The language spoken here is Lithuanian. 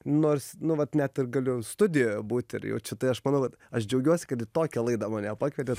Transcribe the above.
nors nu vat net ir galiu studijoje būt ir jau čia tai aš manau vat aš džiaugiuosi kad į tokią laidą mane pakvietėt